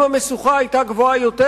אם המשוכה היתה גבוהה יותר,